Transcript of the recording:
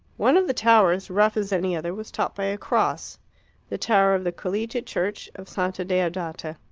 one of the towers, rough as any other, was topped by a cross the tower of the collegiate church of santa deodata.